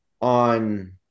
on